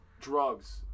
Drugs